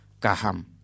Kaham